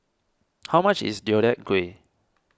how much is Deodeok Gui